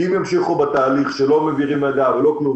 אם ימשיכו בתהליך שלא מעבירים מידע ולא כלום